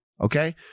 Okay